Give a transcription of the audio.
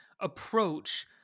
approach